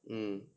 mm